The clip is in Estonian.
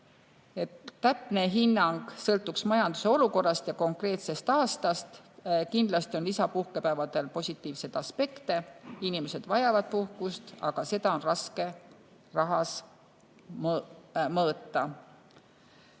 täpne hinnang sõltuks majanduse olukorrast ja konkreetsest aastast. Kindlasti on lisapuhkepäevadel positiivseid aspekte. Inimesed vajavad puhkust, aga [selle mõju] on raske rahas mõõta.